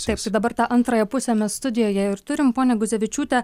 taip tai dabar tą antrąją pusę mes studijoje ir turim ponia guzevičiūte